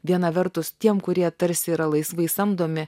viena vertus tiem kurie tarsi yra laisvai samdomi